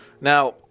Now